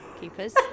keepers